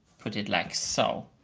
put it like so.